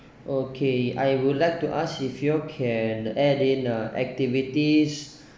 okay I would like to ask if you all can add in uh activities